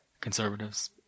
conservatives